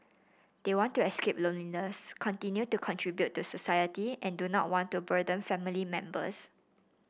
they want to escape loneliness continue to contribute to society and do not want to burden family members